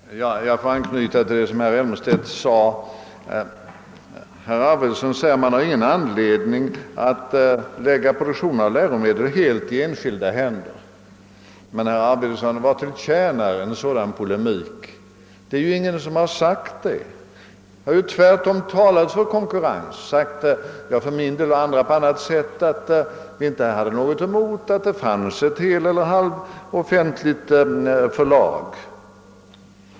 Herr talman! Jag får anknyta till det som herr Elmstedt sade. Herr Arvidson uttalade att man inte har någon anledning att lägga produktionen av läromedel helt i enskilda händer. Men, herr Arvidson, vad tjänar en sådan polemik till? Det är ju ingen som har sagt det. Här har ju tvärtom talats för konkurrens. Jag har för min del sagt — och det har också andra påpekat — att vi inte har någonting emot att det finns ett heleller halvoffentligt förlag.